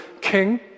king